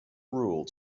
rule